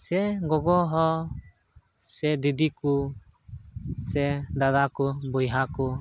ᱥᱮ ᱜᱚᱜᱚ ᱦᱚᱲ ᱥᱮ ᱫᱤᱫᱤ ᱠᱚ ᱥᱮ ᱫᱟᱫᱟ ᱠᱚ ᱵᱚᱭᱦᱟ ᱠᱚ